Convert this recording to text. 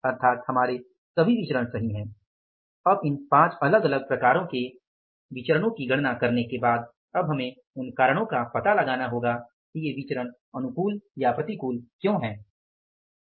अर्थात हमारे विचरण सही हैं अब इन 5 अलग अलग प्रकारों के विचरणो की गणना करने के बाद अब हमें उन कारणों का पता लगाना होगा कि ये विचरण अनुकूल या प्रतिकूल क्यों हैं